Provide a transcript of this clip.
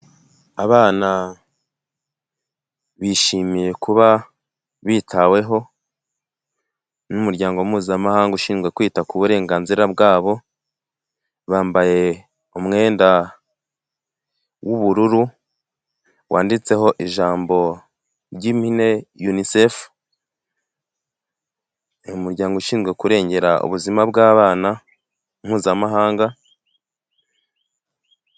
Abana bishimiye kuba bitaweho n'umuryango mpuzamahanga ushinzwe kwita ku burenganzira bwabo bambaye umwenda w'ubururu wanditseho ijambo ry'impminine unicefu umuryango ushinzwe kurengera ubuzima bw'abana mpuzamahanga.